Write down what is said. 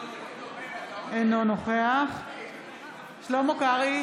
אינו נוכח שלמה קרעי,